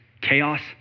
chaos